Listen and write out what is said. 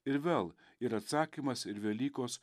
ir vėl ir atsakymas ir velykos